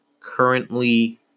currently